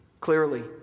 clearly